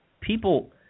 People